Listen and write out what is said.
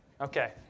Okay